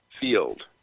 field